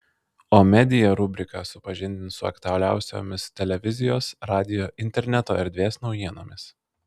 o media rubrika supažindins su aktualiausiomis televizijos radijo interneto erdvės naujienomis